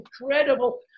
incredible